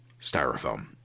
styrofoam